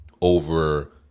over